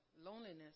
loneliness